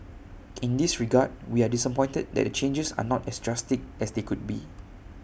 in this regard we are disappointed that the changes are not as drastic as they could be